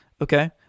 Okay